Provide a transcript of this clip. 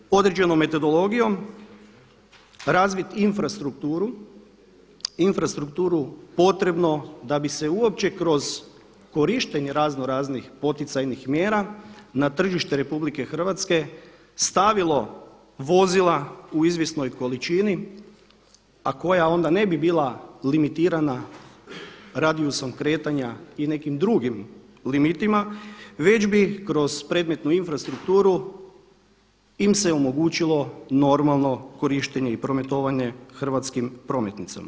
Cilj je određenom metodologijom razviti infrastrukturu, infrastrukturu potrebno da bi se uopće kroz korištenje razno raznih poticajnih mjera na tržište RH stavilo vozila u izvjesnoj količini a koja onda ne bi bila limitirana radijusom kretanja i nekim drugim limitima već bi kroz predmetnu infrastrukturu im se omogućilo normalno korištenje i prometovanje hrvatskim prometnicama.